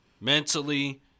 mentally